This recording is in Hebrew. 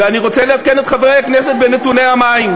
ואני רוצה לעדכן את חברי הכנסת בנתוני המים.